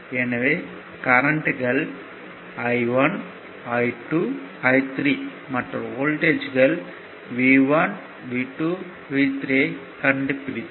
எனவே கரண்ட்கள் I1 I2 I3 மற்றும் வோல்ட்டேஜ்கள் V1V2 V3 ஐ கண்டுபிடித்தோம்